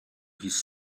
his